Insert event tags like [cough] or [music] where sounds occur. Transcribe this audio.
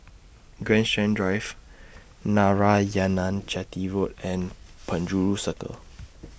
[noise] Grandstand Drive Narayanan Chetty Road and Penjuru Circle